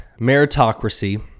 meritocracy